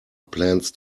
plans